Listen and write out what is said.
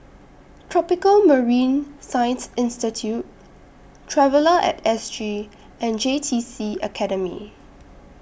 Tropical Marine Science Institute Traveller At S G and J T C Academy